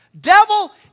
Devil